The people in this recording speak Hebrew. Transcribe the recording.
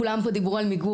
כולם דיברו פה על מיגור,